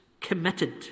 committed